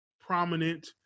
prominent